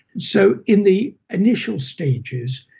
so in the initial stages,